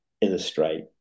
illustrate